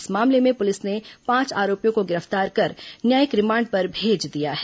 इस मामले में पुलिस ने पांच आरोपियों को गिरफ्तार कर न्यायिक रिमांड पर भेज दिया है